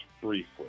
briefly